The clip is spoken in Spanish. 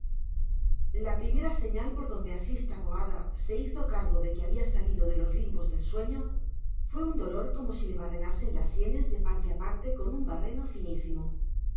la primer señal por donde asís taboada se hizo cargo de que había salido de los limbos del sueño fue un dolor como si le barrenasen las sienes de parte a parte con un barreno finísimo